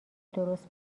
درست